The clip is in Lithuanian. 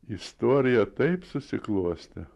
istorija taip susiklostė